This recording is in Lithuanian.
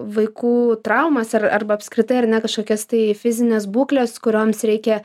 vaikų traumas ar arba apskritai ar ne kažkokias tai fizines būkles kurioms reikia